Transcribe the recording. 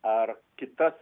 ar kitas